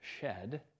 shed